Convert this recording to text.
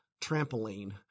trampoline